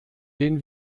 den